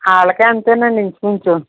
వాళ్ళకీ అంతేనండి ఇంచుమించు